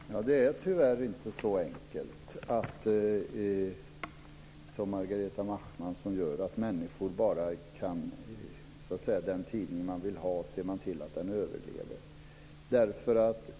Fru talman! Det är tyvärr inte så enkelt, som Margareta Nachmanson gör det, att människor bara kan se till att den tidning de vill ha överlever.